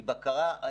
היא בקרה.